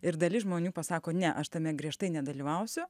ir dalis žmonių pasako ne aš tame griežtai nedalyvausiu